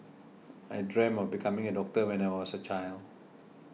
I dream of becoming a doctor when I was a child